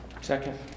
Second